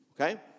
okay